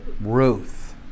Ruth